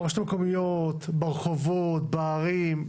ברשויות המקומיות, ברחובות, בערים.